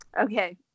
Okay